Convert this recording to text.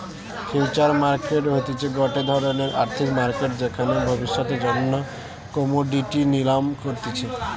future market হতিছে গটে ধরণের আর্থিক মার্কেট যেখানে ভবিষ্যতের জন্য কোমোডিটি নিলাম করতিছে